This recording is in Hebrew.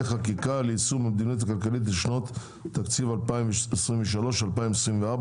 חקיקה ליישום המדיניות הכלכלית לשנות התקציב 2023 ו-2024),